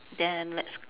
then let's